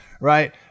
right